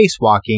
spacewalking